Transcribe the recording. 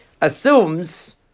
assumes